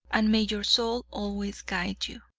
and may your soul always guide you.